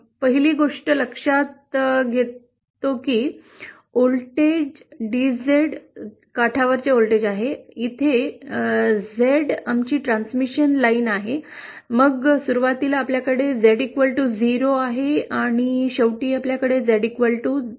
पहिली गोष्ट लक्षात घेतो की व्होल्टेज झेडच्या काठावर आहे इथे झेड आमची ट्रान्समिशन लाईन आहे मग सुरुवातीला आपल्याकडे Z0 आहे आणि शेवटी आमच्याकडे ZL आहे